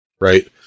Right